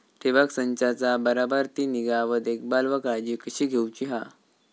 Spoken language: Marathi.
ठिबक संचाचा बराबर ती निगा व देखभाल व काळजी कशी घेऊची हा?